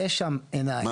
יש שם עיניים, יש שם שומר.